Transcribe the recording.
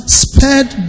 spared